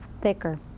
thicker